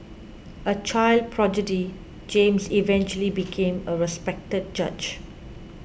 a child prodigy James eventually became a respected judge